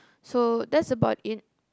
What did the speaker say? so that's about it